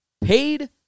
paid